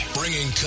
bringing